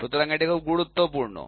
সুতরাং এটি খুব গুরুত্বপূর্ণ